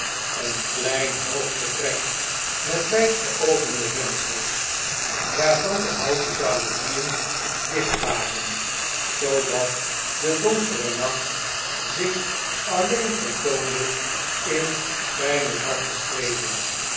een klein hoog vertrek met wjjd geopende vensters waarvan de houten jaloezieen dicht waren zoodat de donkere nacht zich alleen vertoonde in fijne zwarte strepen